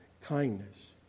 kindness